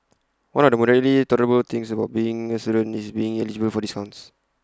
one of the moderately tolerable things about being A student is being eligible for discounts